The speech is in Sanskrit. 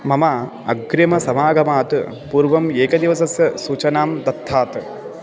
मम अग्रिमसमागमात् पूर्वम् एकदिवसस्य सूचनां दत्तात्